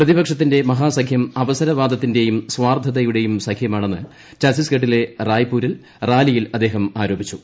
പ്രതിപക്ഷത്തിന്റെ മഹാസഖ്യം അവസരവാദത്തിന്റെയും സ്വാർത്ഥതയുടെയും സഖ്യമാണെന്ന് ഛത്തീസ്ഗഡിലെ റായ്പൂരിൽ റാലിയിൽ അദ്ദേഹം ആരോപിച്ചു